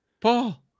Paul